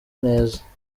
neza